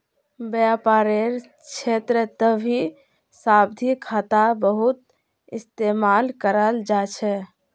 व्यापारेर क्षेत्रतभी सावधि खाता बहुत इस्तेमाल कराल जा छे